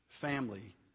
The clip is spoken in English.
family